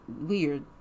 weird